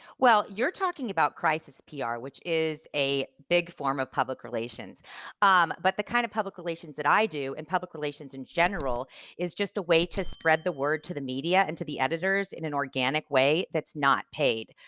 well you're talking about crisis pr ah which is a big form of public relations um but the kind of public relations that i do in and public relations in general is just a way to spread the word to the media and to the editors in an organic way that's not paid.